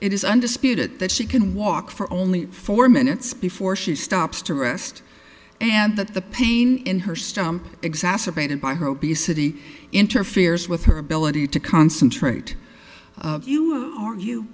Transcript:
it is undisputed that she can walk for only four minutes before she stops to rest and that the pain in her stump exacerbated by her obesity interferes with her ability to concentrate you argue